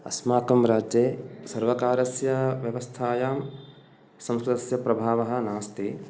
अस्माकं राज्ये सर्वकारस्य व्यवस्थायां संस्कृतस्य प्रभावः नास्ति